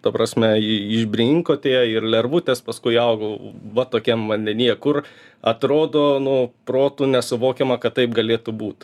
ta prasme i išbrinko tie ir lervutės paskui augo va tokiam vandenyje kur atrodo nu protu nesuvokiama kad taip galėtų būt